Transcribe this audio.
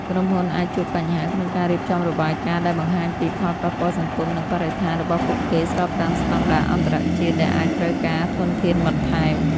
ក្រុមហ៊ុនអាចជួបបញ្ហាក្នុងការរៀបចំរបាយការណ៍ដែលបង្ហាញពី ផលប៉ះពាល់សង្គម និងបរិស្ថាន របស់ពួកគេស្របតាមស្តង់ដារអន្តរជាតិ ដែលអាចត្រូវការធនធានបន្ថែម។